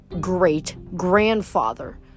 great-grandfather